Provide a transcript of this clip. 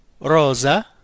Rosa